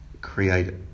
create